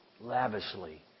lavishly